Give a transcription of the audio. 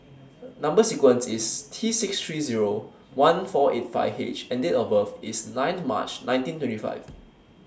Number sequence IS T six three Zero one four eight five H and Date of birth IS nine March nineteen three five